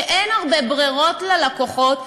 שאין הרבה אפשרויות ללקוחות,